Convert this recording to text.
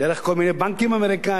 דרך כל מיני בנקים אמריקניים,